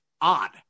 odd